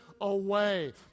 away